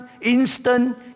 instant